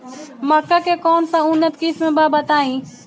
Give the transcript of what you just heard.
मक्का के कौन सा उन्नत किस्म बा बताई?